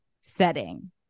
setting